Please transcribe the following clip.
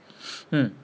mm